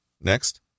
Next